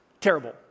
terrible